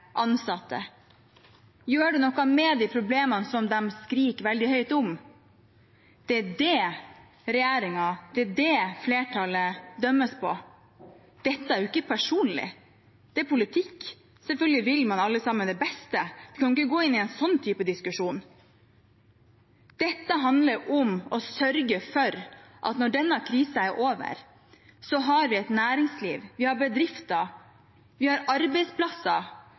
ansatte? Gjør man noe med de problemene som de skriker veldig høyt om? Det er det regjeringen og flertallet dømmes på. Dette er jo ikke personlig, det er politikk. Selvfølgelig vil alle det beste. Vi kan ikke gå inn i en sånn type diskusjon. Dette handler om å sørge for at når denne krisen er over, har vi et næringsliv, vi har bedrifter, vi har arbeidsplasser